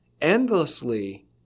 endlessly